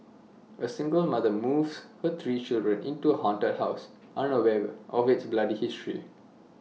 A single mother moves her three children into haunted house unaware of its bloody history